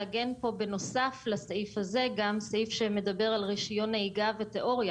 בנוסף לסעיף הזה מן הראוי שיהיה סעיף שמדבר על רישיון נהיגה ותיאוריה.